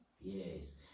Yes